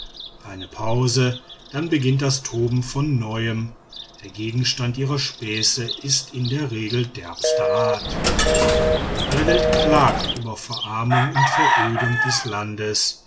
eine pause dann beginnt das toben von neuem der gegenstand ihrer späße ist in der regel derbster art alle welt klagte über verarmung und verödung des landes